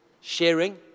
Sharing